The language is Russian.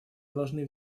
должны